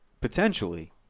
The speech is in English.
potentially